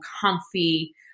comfy